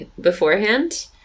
beforehand